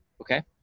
Okay